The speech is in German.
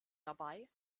dabei